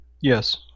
Yes